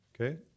okay